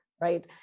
right